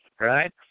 Right